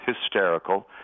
hysterical